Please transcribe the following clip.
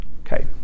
Okay